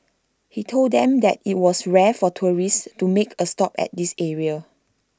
he told them that IT was rare for tourists to make A stop at this area